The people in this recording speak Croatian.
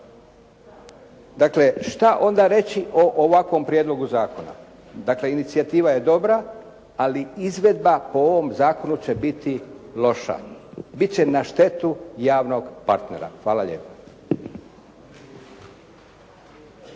Dakle, šta ona reći o ovakvom prijedlogu zakona. Dakle, inicijativa je dobra, ali izvedba po ovom zakonu će biti loša. Bit će na štetu javnog partnera. Hvala lijepa.